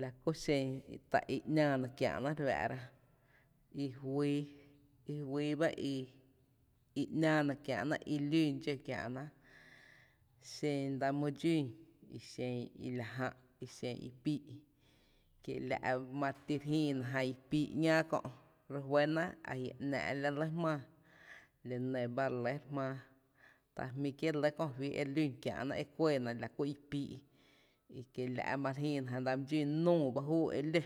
La kú xen tá’ i ‘náána kiä’ná re fáá’ra, i juyy, i juyy ba i ‘náána kiä’ ná i lún dxó kiää’ ná, xen dsa my dxún, i xen i la jää’ i xen i píí’ kiela’ ma re ti re jïïrna jan i píí’ ‘ñáá kö’ re juɇ ná a jia’ ‘náá’ la lɇ jmaa, la nɇ ba re lɇ re jmáá, ta jmí’ kié’ lɇ kö fí e lún kiä’ ná e kuɇɇna i pii’ i kiela’ ma re jïï na jan dsa mý dxún, núú ba júú e ló,